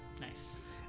Nice